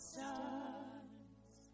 stars